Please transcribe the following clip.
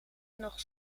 nog